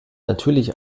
natürlich